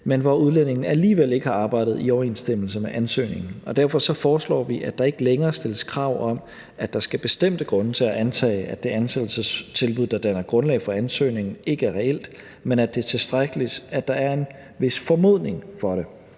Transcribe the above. men hvor udlændingen alligevel ikke har arbejdet i overensstemmelse med ansøgningen, og derfor foreslår vi, at der ikke længere stilles krav om, at der skal bestemte grunde til at antage, at det ansættelsestilbud, der danner grundlag for ansøgningen, ikke er reelt, men at det er tilstrækkeligt, at der er en vis formodning om det.